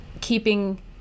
keeping